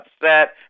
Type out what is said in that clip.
upset